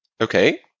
Okay